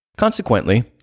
Consequently